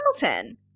Hamilton